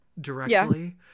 directly